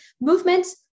Movements